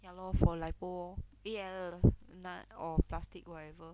ya lor for lipo lor eh I err not or plastic whatever